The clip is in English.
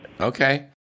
Okay